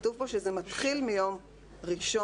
כתוב פה שזה מתחיל מיום ראשון,